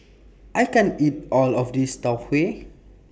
I can't eat All of This Tau Huay